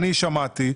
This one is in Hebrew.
אני שמעתי,